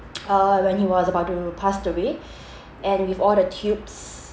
uh when he was about to passed away and with all the tubes